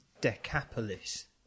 Decapolis